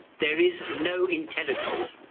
there is no intelligence,